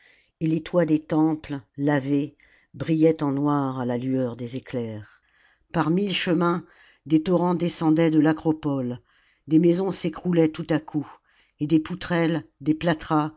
et les toits des temples lavés brillaient en noir à la lueur des éclairs par mille chemins des torrents descendaient de l'acropole des maisons s'écroulaient tout à coup et des poutrelles des plâtras